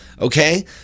okay